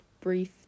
brief